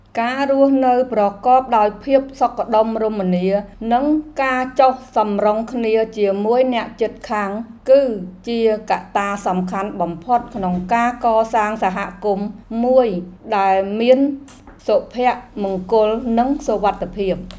ការរស់នៅប្រកបដោយភាពសុខដុមរមនានិងការចុះសម្រុងគ្នាជាមួយអ្នកជិតខាង គឺជាកត្តាសំខាន់បំផុតក្នុងការកសាងសហគមន៍មួយដែលមានសុភមង្គលនិងសុវត្ថិភាព។